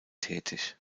tätig